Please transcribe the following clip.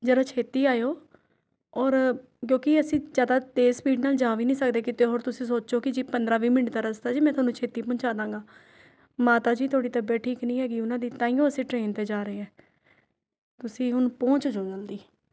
ਜ਼ਰਾ ਛੇਤੀ ਆਉ ਔਰ ਕਿਉਂਕਿ ਅਸੀਂ ਜ਼ਿਆਦਾ ਤੇਜ਼ ਸਪੀਡ ਨਾਲ ਜਾ ਵੀ ਨਹੀਂ ਸਕਦੇ ਕਿਤੇ ਹੁਣ ਤੁਸੀਂ ਸੋਚੋ ਕਿ ਜੇ ਪੰਦਰਾ ਵੀਹ ਮਿੰਟ ਦਾ ਰਸਤਾ ਜੇ ਮੈਂ ਤੁਹਾਨੂੰ ਛੇਤੀ ਪਹੁੰਚਾ ਦਿਆਂਗਾ ਮਾਤਾ ਜੀ ਥੋੜ੍ਹੀ ਤਬੀਅਤ ਠੀਕ ਨਹੀਂ ਹੈ ਉਹਨਾਂ ਦੀ ਤਾਂ ਹੀ ਅਸੀਂ ਟਰੇਨ 'ਤੇ ਜਾ ਰਹੇ ਹਾਂ ਤੁਸੀਂ ਹੁਣ ਪਹੁੰਚ ਜਾਉ ਜਲਦੀ